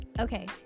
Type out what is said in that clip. Okay